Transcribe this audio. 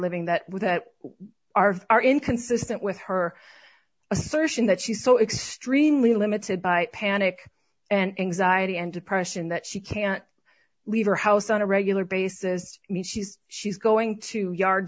living that would that are are inconsistent with her assertion that she's so extremely limited by panic and anxiety and depression that she can't leave her house on a regular basis means she's she's going to yard